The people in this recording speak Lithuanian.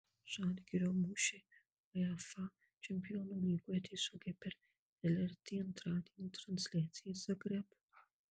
žalgirio mūšiai uefa čempionų lygoje tiesiogiai per lrt antradienį transliacija iš zagrebo